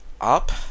up